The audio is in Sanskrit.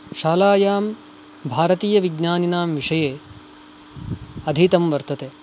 शालायां भारतीय विज्ञानिनां विषये अधीतं वर्तते